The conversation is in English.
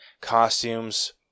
Costumes